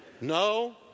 No